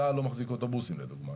צה"ל לא מחזיק אוטובוסים לדוגמה.